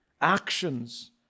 actions